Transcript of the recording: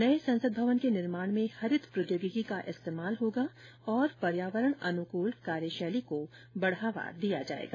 नए संसद भवन के निर्माण में हरित प्रौद्योगिकी का इस्तेमाल होगा और पर्यावरण अनुकूल कार्यशैली को बढ़ावा दिया जाएगा